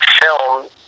film